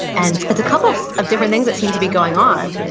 and it's a couple of of different things that seem to be going on,